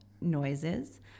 noises